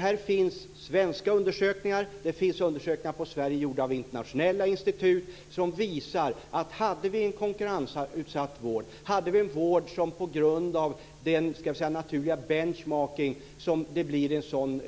Här finns svenska undersökningar och det finns undersökningar om Sverige gjorda av internationella institut som visar att hade vi en konkurrensutsatt vård, en vård som på grund av den naturliga benchmarking det blir i en